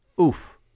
Oof